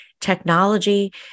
technology